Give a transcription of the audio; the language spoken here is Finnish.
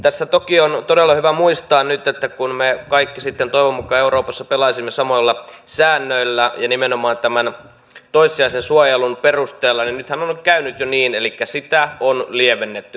tässä toki on todella hyvä muistaa nyt että kun me kaikki toivon mukaan euroopassa pelaamme samoilla säännöillä ja nimenomaan tämän toissijaisen suojelun perusteella niin nythän on käynyt jo niin elikkä sitä on lievennetty